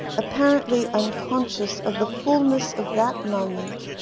apparently unconscious of the fullness of that moment,